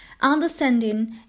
understanding